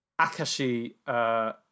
Akashi